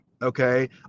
okay